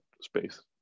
space